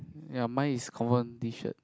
ya mine is confirm T shirt